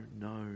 no